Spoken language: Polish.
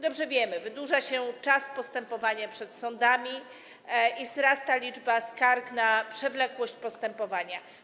Dobrze wiemy, wydłuża się czas postępowania przed sądami i wzrasta liczba skarg na przewlekłość postępowania.